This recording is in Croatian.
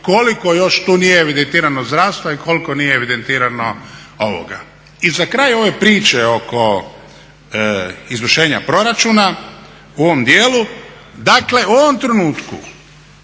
koliko još tu nije evidentirano zdravstva i koliko nije evidentirano ovoga. I za kraj ove priče oko izvršenja proračuna u ovom dijelu, dakle u ovom trenutku